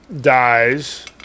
dies